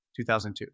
2002